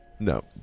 No